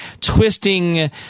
twisting